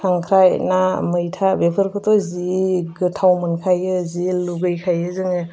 खांख्राइ ना मैथा बेफोरखौथ' जि गोथाव मोनखायो जि लुबैखायो जोङो